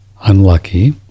unlucky